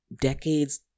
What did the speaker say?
decades